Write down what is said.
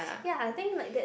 ya I think like that's